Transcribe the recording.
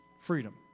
freedom